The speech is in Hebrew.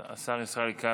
השר ישראל כץ,